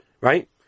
right